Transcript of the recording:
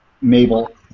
Mabel